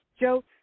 Joe